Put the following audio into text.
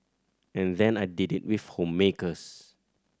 and then I did it with homemakers